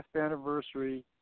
anniversary